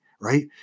right